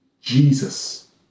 Jesus